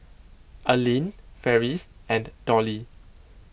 Allene Farris and Dollie